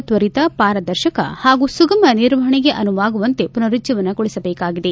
ತ್ವರಿತ ಪಾರದರ್ಶಕ ಹಾಗೂ ಸುಗಮ ನಿರ್ವಹಣೆಗೆ ಅನುವಾಗುವಂತೆ ಪುನರುಜ್ಜೀವಗೊಳಿಸಲಾಗಿದೆ